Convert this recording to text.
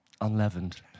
Unleavened